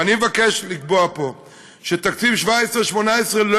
ואני מבקש לקבוע פה שתקציב 17'-18' לא